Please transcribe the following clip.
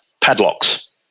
padlocks